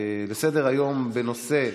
הצעות לסדר-היום בנושא: